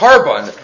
Carbon